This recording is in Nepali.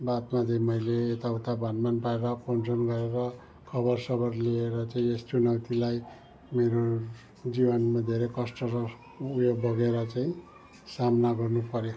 बातमा चाहिँ मैले यता उता भनभान पारेर फोनसोन गरेर खबरसबर लिएर चाहिँ मेरो जीवनमा धेरै कष्ट र ऊ यो बगेर चाहिँ सामना गर्नु पऱ्यो